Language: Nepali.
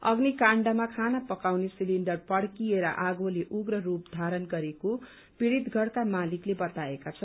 अग्नि काण्डमा खाना पकाउने सिलिण्डर पड़किएर आगोले उग्र रूप धारण गरेको पीड़ित घरका मालिकले बताएका छन्